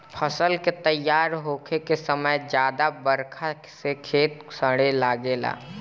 फसल के तइयार होखे के समय ज्यादा बरखा से खेत सड़े लागेला